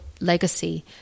legacy